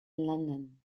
london